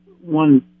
one